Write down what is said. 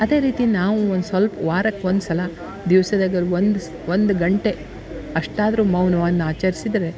ಅದೇ ರೀತಿ ನಾವು ಒಂದು ಸಲ್ಪ ವಾರಕ್ಕೆ ಒಂದು ಸಲ ದಿವ್ಸದಾಗರೂ ಒಂದು ಒಂದು ಗಂಟೆ ಅಷ್ಟಾದರೂ ಮೌನವನ್ನು ಆಚರಿಸಿದ್ರೆ